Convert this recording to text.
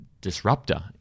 disruptor